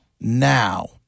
Now